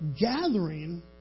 gathering